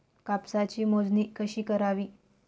कापसाची मोजणी कशी करावी?